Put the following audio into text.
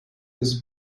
his